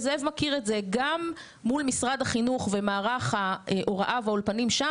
וזאב מכיר את זה: גם מול משרד החינוך ומערך ההוראה והאולפנים שם,